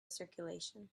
circulation